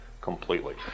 completely